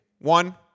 One